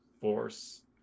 force